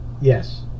Yes